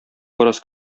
бераз